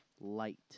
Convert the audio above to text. light